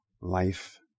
life